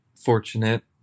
fortunate